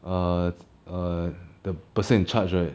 err err the person in charge right